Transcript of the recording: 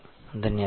ధన్యవాదాలు